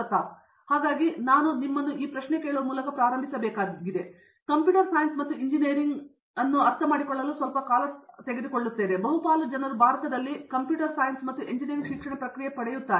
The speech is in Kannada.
ಪ್ರತಾಪ್ ಹರಿಡೋಸ್ ಹಾಗಾಗಿ ನಾನು ನಿಮ್ಮನ್ನು ಕೇಳುವ ಮೂಲಕ ಪ್ರಾರಂಭಿಸಬೇಕಾಗಿದೆ ಕಂಪ್ಯೂಟರ್ ಸೈನ್ಸ್ ಮತ್ತು ಇಂಜಿನಿಯರಿಂಗ್ ನಾನು ಸ್ವಲ್ಪ ಕಾಲ ಅರ್ಥ ಮಾಡಿಕೊಳ್ಳುತ್ತಿದ್ದೇನೆ ಮತ್ತು ಬಹುಪಾಲು ಜನರು ಭಾರತದಲ್ಲಿ ಕಂಪ್ಯೂಟರ್ ಸೈನ್ಸ್ ಮತ್ತು ಎಂಜಿನಿಯರಿಂಗ್ ಶಿಕ್ಷಣ ಪ್ರಕ್ರಿಯೆ ಪಡೆಯುತ್ತಾರೆ